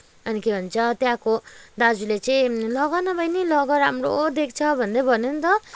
अनि के भन्छ त्यहाँको दाजुले चाहिँ लैजाऊ न बहिनी लैजाऊ राम्रो देख्छ भनदै भन्यो नि त